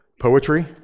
poetry